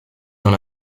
dans